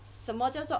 什么叫做